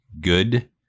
good